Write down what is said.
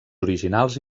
originals